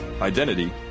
identity